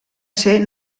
ser